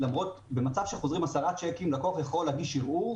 במצב שחוזרים עשרה צ'קים לקוח יכול להגיש ערעור,